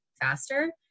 faster